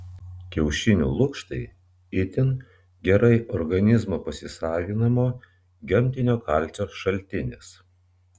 kiaušinių lukštai itin gerai organizmo pasisavinamo gamtinio kalcio šaltinis